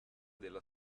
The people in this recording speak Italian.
della